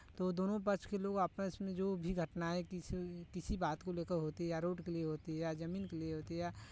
तो दोनों पक्ष के लोग आपस में जो भी घटनाऍं किसी किसी बात को लेकर होती है या रोड के लिए होती है या ज़मीन के लिए होती है या